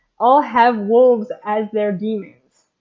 all have wolves as their deamons.